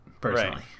personally